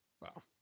Wow